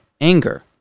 anger